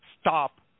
stop